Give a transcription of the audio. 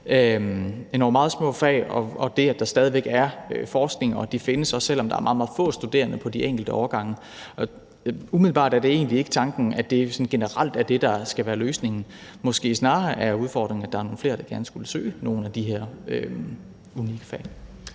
endog meget små fag – og der er stadig væk forskning, og de findes, også selv om der er meget, meget få studerende på de enkelte årgange. Umiddelbart er det egentlig ikke tanken, at det sådan generelt er det, der skal være løsningen; måske er udfordringen snarere at få nogle flere til at søge nogle af de her unikke fag.